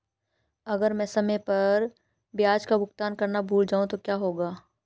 अगर मैं समय पर ब्याज का भुगतान करना भूल जाऊं तो क्या होगा?